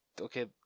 okay